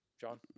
John